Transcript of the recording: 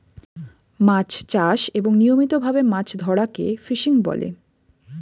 মাছ চাষ এবং নিয়মিত ভাবে মাছ ধরাকে ফিশিং বলে